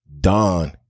Don